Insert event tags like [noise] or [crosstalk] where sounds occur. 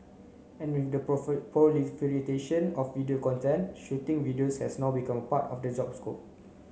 and with the [unintelligible] proliferation of video content shooting videos has now become part of the job scope